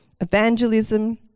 evangelism